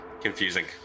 Confusing